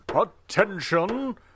Attention